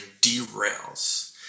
derails